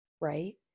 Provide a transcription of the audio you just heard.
Right